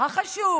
החשוב